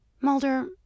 Mulder